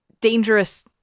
dangerous